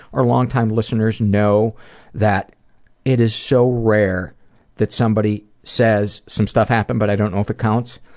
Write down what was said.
our long time listeners know that it is so rare that somebody says some stuff happened but i don't know if it counts,